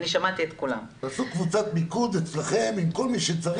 תעשו קבוצת מיקוד אצלכם עם כל מי צריך,